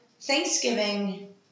Thanksgiving